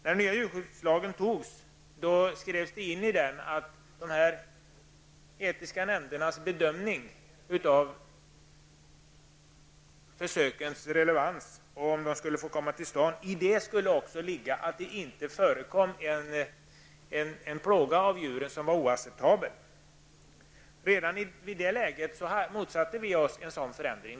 När den nya djurskyddslagen antogs skrevs det in i denna att det i de etiska nämndernas bedömning av försökens relevans -- det handlade också om huruvida dessa försök skulle få komma till stånd -- skulle ingå en text om att plåga av djuren som var oacceptabel inte fick förekomma. Redan i det läget motsatte vi oss en sådan förändring.